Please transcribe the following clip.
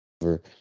over